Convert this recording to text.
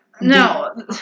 no